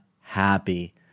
happy